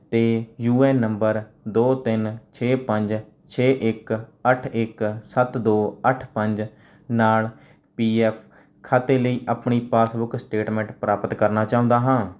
ਅਤੇ U A N ਨੰਬਰ ਦੋ ਤਿੰਨ ਛੇ ਪੰਜ ਛੇ ਇੱਕ ਅੱਠ ਇੱਕ ਸੱਤ ਦੋ ਅੱਠ ਪੰਜ ਨਾਲ ਪੀ ਐੱਫ ਖਾਤੇ ਲਈ ਆਪਣੀ ਪਾਸਬੁੱਕ ਸਟੇਟਮੈਂਟ ਪ੍ਰਾਪਤ ਕਰਨਾ ਚਾਹੁੰਦਾ ਹਾਂ